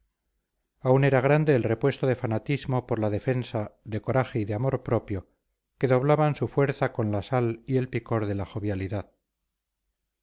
aún era grande el repuesto de fanatismo por la defensa de coraje y de amor propio que doblaban su fuerza con la sal y el picor de la jovialidad